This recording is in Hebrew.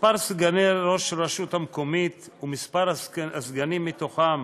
מספר סגני ראש הרשות המקומית ומספר הסגנים מתוכם